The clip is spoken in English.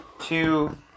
two